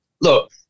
look